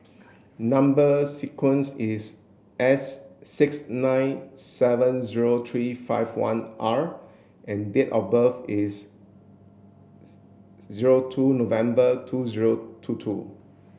number sequence is S six nine seven zero three five one R and date of birth is zero two November two zero two two